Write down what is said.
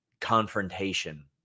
confrontation